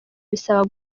bisaba